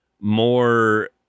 more